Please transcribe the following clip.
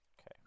Okay